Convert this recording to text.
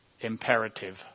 imperative